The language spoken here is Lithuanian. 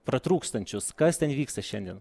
pratrūkstančius kas ten vyksta šiandien